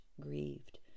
grieved